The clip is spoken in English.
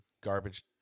garbage